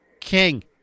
King